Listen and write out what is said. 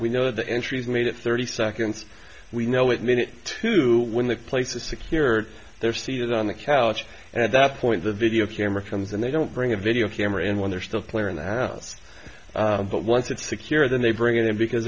we know the entries made it thirty seconds we know it minute two when the place is secured they're seated on the couch and at that point the video camera comes and they don't bring a video camera and when they're still clearing the house but once it's secure then they bring it in because